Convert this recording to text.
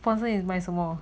sponsor 你买什么